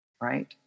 right